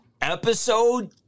episode